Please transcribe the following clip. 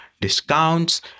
discounts